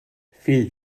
fill